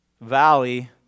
valley